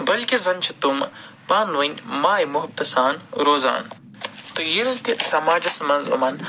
بٔلکہِ زَن چھِ تِم پانہٕ ؤنۍ ماے محبتہٕ سان روزان تہٕ ییٚلہِ تہِ سَماجَس مَنٛز یِمَن